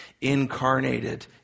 incarnated